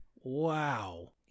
wow